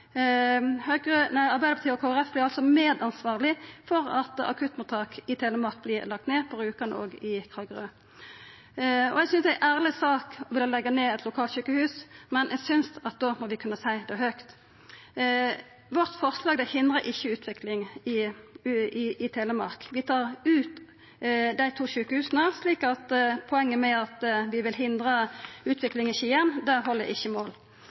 ei ærleg sak å vilja leggja ned eit lokalsjukehus, men eg synest at då må vi kunna seia det høgt. Vårt forslag hindrar ikkje utvikling i Telemark. Vi tar ut dei to sjukehusa, så poenget med at vi vil hindra utvikling i Skien, held ikkje mål.